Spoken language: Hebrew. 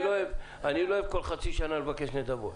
אני לא אוהב כל חצי שנה לבקש נדבות.